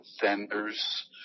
vendors